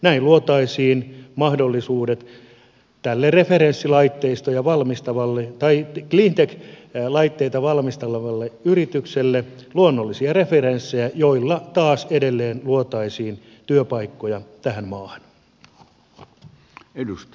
näin luotaisiin mahdollisuudet tälle clean tech laitteita valmistavalle yritykselle saada luonnollisia referenssejä joilla taas edelleen luotaisiin työpaikkoja tähän maahan